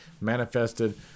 manifested